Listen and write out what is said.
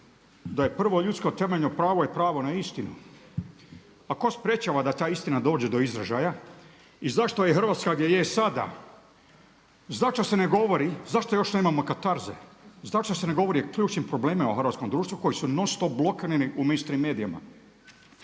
da je prvo ljudsko temeljno pravo je pravo na istinu. Pa tko sprječava da ta istina dođe do izražaja i zašto je Hrvatska gdje je sada? Zašto se ne govori, zašto još nemamo katarze, zašto se ne govori o ključnim problemima u hrvatskom društvu koji su non stop blokirani u mainstream?